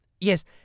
Yes